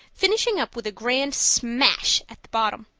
finishing up with a grand smash at the bottom.